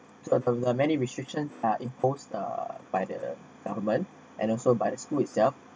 so um many restrictions are imposed err by the government and also by the school itself